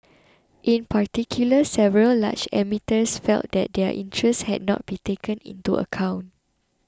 in particular several large emitters felt that their interests had not been taken into account